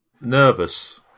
Nervous